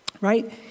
right